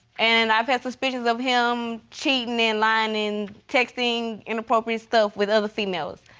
and i've had suspicions of him cheating and lying and texting inappropriate stuff with other females.